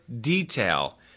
detail